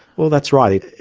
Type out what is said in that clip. well that's right.